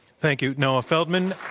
thank you, noah feldman.